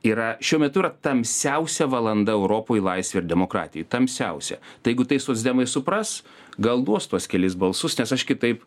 yra šiuo metu yra tamsiausia valanda europoj laisvėj ir demokratijoj tamsiausia tai jeigu tai socdemai supras gal duos tuos kelis balsus nes aš kitaip